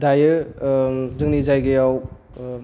दायो जोंनि जायगायाव